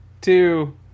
two